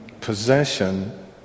possession